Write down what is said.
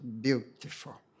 beautiful